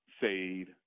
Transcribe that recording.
fade